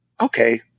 Okay